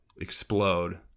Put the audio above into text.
explode